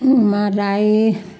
Uma Rai